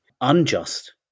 unjust